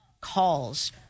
calls